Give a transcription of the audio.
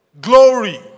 glory